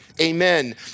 amen